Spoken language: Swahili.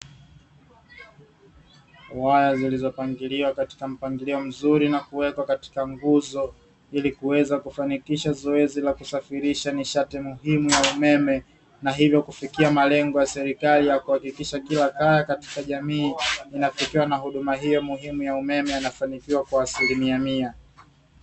Waya zilizopangiliwa katika mpangilio mzuri na kuwekwa katika nguzo, ili kuweza kufanikisha zoezi la kusafirisha nishati muhimu ya umeme, na hivyo kufikia malengo ya serikali ya kuhakkikisha kila kata katika jamii inafikiwa na huduma hiyo muhimu ya umeme, inafanikiwa kwa asilimia mia.